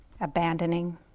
abandoning